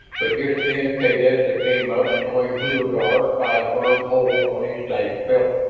but just then kaydessa came up, towing hulagur by a firm hold on his sash-belt.